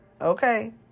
Okay